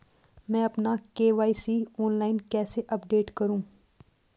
मैं अपना KYC online कैसे अपडेट करूँ?